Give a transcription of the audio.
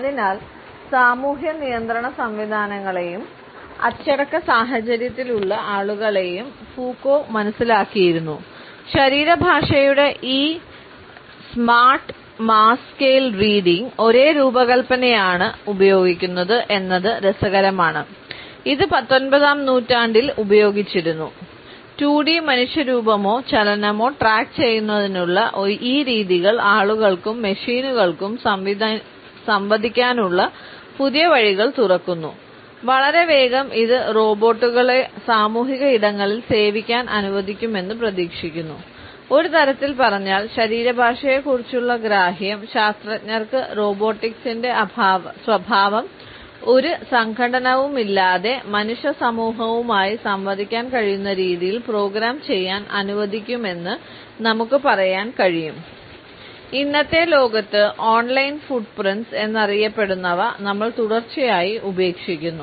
അതിനാൽ സാമൂഹ്യ നിയന്ത്രണ സംവിധാനങ്ങളെയും അച്ചടക്ക സാഹചര്യത്തിലുള്ള ആളുകളെയും ഫൂക്കോ എന്നറിയപ്പെടുന്നവ നമ്മൾ തുടർച്ചയായി ഉപേക്ഷിക്കുന്നു